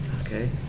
Okay